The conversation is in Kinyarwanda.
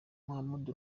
muhamud